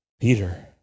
Peter